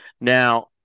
Now